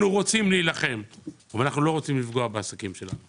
רוצים להילחם אבל אנחנו לא רוצים לפגוע בעסקים שלנו.